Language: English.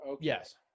Yes